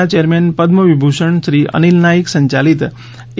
ના ચેરમેન પદ્મ વિભૂષણ શ્રી અનિલ નાઇક સંચાલિત એ